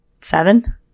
Seven